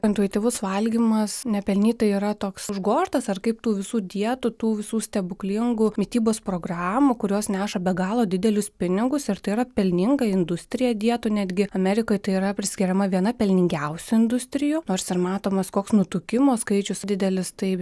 intuityvus valgymas nepelnytai yra toks užgožtas ar kaip tų visų dietų tų visų stebuklingų mitybos programų kurios neša be galo didelius pinigus ir tai yra pelninga industrija dietų netgi amerikoj tai yra priskiriama viena pelningiausių industrijų nors ir matomas koks nutukimo skaičius didelis tai